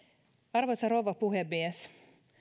arvoisa rouva puhemies